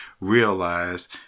realize